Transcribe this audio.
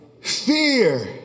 fear